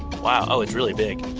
wow! oh, it's really big.